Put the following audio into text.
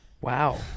Wow